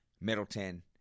middleton